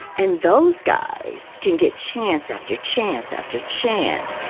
and those guys can get. chance after chance after chance.